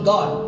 God